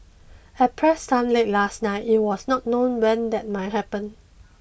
at press time late last night it was not known when that might happen